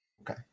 okay